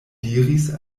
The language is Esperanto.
diris